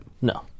No